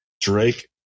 Drake